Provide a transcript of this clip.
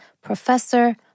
professor